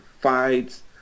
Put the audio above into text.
fights